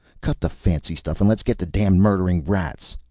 cut the fancy stuff, and let's get the damned murdering rats!